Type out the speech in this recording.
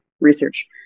research